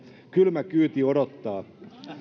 kylmä kyyti odottaa